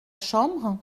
chambre